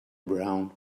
brown